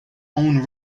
own